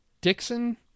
Dixon